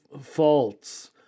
faults